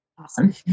awesome